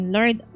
Lord